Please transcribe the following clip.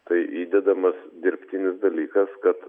tai įdedamas dirbtinis dalykas kad